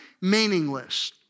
meaningless